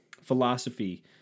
philosophy